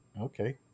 okay